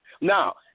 Now